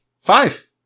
Five